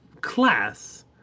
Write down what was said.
class